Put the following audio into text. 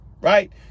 Right